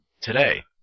today